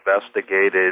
investigated